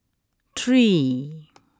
three